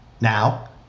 Now